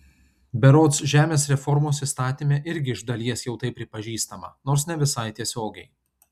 berods žemės reformos įstatyme irgi iš dalies jau tai pripažįstama nors ne visai tiesiogiai